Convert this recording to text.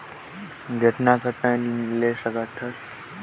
कम से कम मासिक भुगतान मे कतना कर ऋण मिल सकथे?